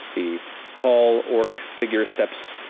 the tall orc figure steps,